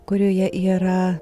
kurioje yra